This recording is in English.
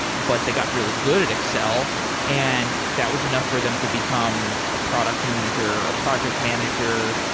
but they got really good at excel and that was enough for them to become a product manager or a project manager,